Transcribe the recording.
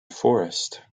forest